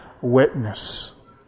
witness